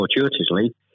fortuitously